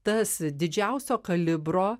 tas didžiausio kalibro